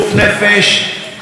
חברת הכנסת עליזה לביא,